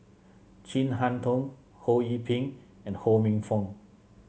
Chin Harn Tong Ho Yee Ping and Ho Minfong